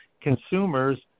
consumers